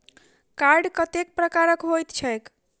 Card कतेक प्रकारक होइत छैक?